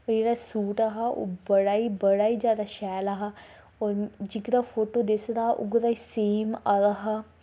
ओह् जेह्का सूट हा बड़ा गै बड़ा शैल हा जेह्के दा फोटो दस्से दा हा उ'ऐ जेहा सेम आए दा हा